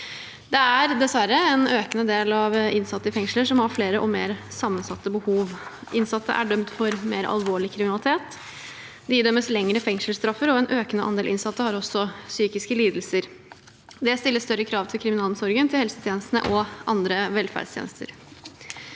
Det er dessverre en økende andel av de innsatte i fengslene som har flere og mer sammensatte behov. Innsatte er dømt for mer alvorlig kriminalitet, de idømmes lengre fengselsstraffer, og en økende andel innsatte har også psykiske lidelser. Det stiller større krav til kriminalomsorgen, helsetjenestene og andre velferdstjenester.